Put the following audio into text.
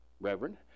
reverend